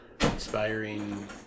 Inspiring